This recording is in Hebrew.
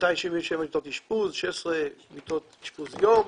277 מיטות אשפוז, 16 מיטות אשפוז יום,